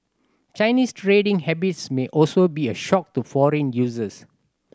Chinese trading habits may also be a shock to foreign users